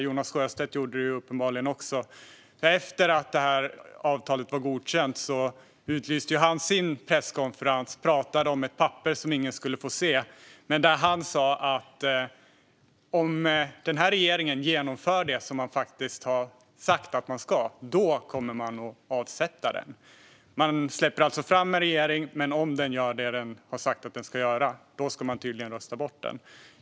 Jonas Sjöstedt gjorde det uppenbarligen, för efter att det avtalet godkänts utlyste han sin presskonferens och pratade om ett papper som ingen skulle få se. Där sa han att om den här regeringen genomför det som den faktiskt har sagt att den ska genomföra så kommer man att avsätta regeringen. Man släpper alltså fram en regering, men om regeringen gör det som den har sagt att den ska göra så ska man tydligen rösta bort den.